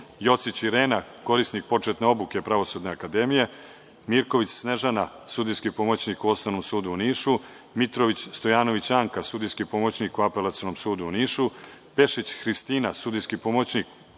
Jocić Irena, korisnik početne obuke Pravosudne akademije, Mirković Snežana, sudijski pomoćnik u Osnovnom sudu u Nišu, Mitrović Stojanović Anka, sudijski pomoćnik u Apelacionom sudu u Nišu, Pešić Hristina, sudijski pomoćnik u istom sudu,